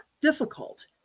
difficult